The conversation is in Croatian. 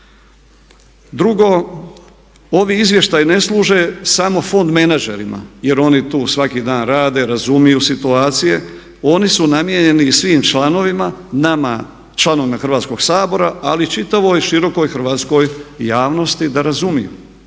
Drugo, ovi izvještaji ne služe samo fond menadžerima jer oni tu svaki dan rade, razumiju situacije, oni su namijenjeni i svim članovima, nama članovima Hrvatskog sabora ali i čitavoj širokoj hrvatskoj javnosti da razumiju.